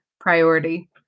priority